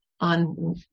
on